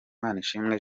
manishimwe